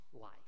life